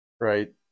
right